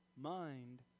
mind